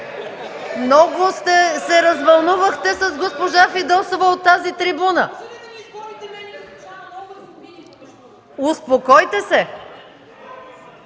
Много се развълнувахте с госпожа Фидосова от тази трибуна!